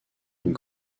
une